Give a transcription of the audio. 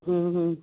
ਹੁੰ ਹੁੰ